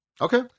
okay